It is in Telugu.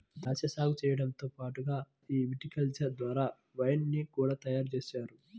ద్రాక్షా సాగు చేయడంతో పాటుగా ఈ విటికల్చర్ ద్వారా వైన్ ని కూడా తయారుజేస్తారు